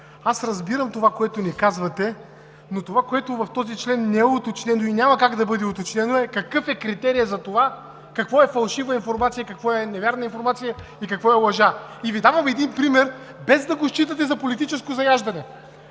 аз разбирам това, което ни казвате, но това, което в този член не е уточнено и няма как да бъде уточнено, е, какъв е критерият за това какво е фалшива информация, какво е невярна информация и какво е лъжа. И Ви давам един пример, без да го считате за политическо заяждане.